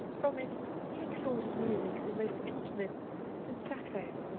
from it he extorted music the most intimate since sappho.